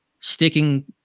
Sticking